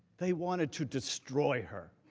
they wanted to destroy her.